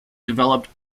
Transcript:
developed